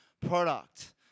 product